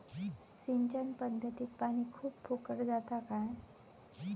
सिंचन पध्दतीत पानी खूप फुकट जाता काय?